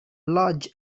large